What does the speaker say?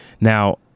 Now